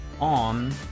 on